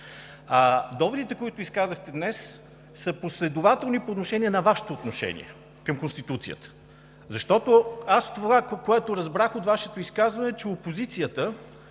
доводите, които изказахте днес, са последователни по отношение на Вашето отношение към Конституцията. Защото това, което разбрах от Вашето изказване, е, че опозицията,